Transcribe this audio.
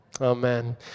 Amen